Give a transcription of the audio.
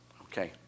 okay